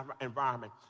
environment